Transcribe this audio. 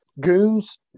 Goons